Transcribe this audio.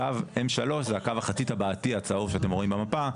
קו M3 זה הקו החצי טבעתי הצהוב שאתם רואים במפה,